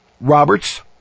Roberts